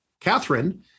Catherine